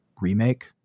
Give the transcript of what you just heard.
remake